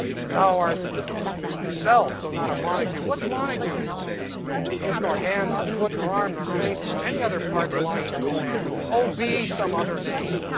thou art thyself, though not a montague. what's montague? it is nor hand, nor foot, nor arm, nor face, nor any other part belonging to a man. o, be some other name!